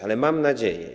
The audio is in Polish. Ale mam nadzieję.